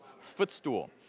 footstool